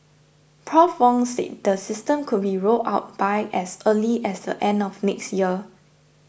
Prof Wong said the system could be rolled out by as early as the end of next year